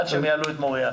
עד שיעלו את מוריה.